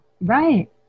Right